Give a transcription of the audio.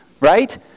right